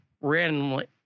randomly